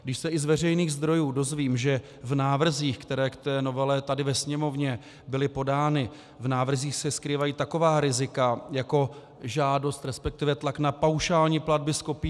Když se i z veřejných zdrojů dozvím, že v návrzích, které k té novele tady ve Sněmovně byly podány, se skrývají taková rizika jako žádost, resp. tlak na paušální platby z kopírek...